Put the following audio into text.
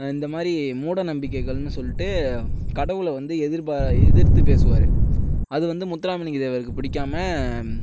இந்த மாதிரி மூட நம்பிக்கைகள்னு சொல்லிட்டு கடவுளை வந்து எதிர்த்து பேசுவார் அது வந்து முத்துராமலிங்க தேவருக்கு பிடிக்காம